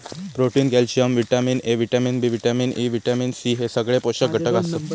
protein, calcium, vitamin A, vitamin B, vitamin E, vitamin C हे सगळे पोषक घटक आसत